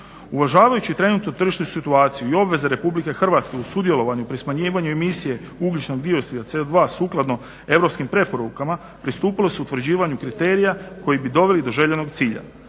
Uvažavajući trenutku tržišnu situaciju i obveze Republike Hrvatske u sudjelovanju pri smanjivanju emisije ugljičnog dioksida CO2 sukladno europskim preporukama pristupilo se utvrđivanju kriterija koji bi doveli do željenog cilja.